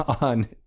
on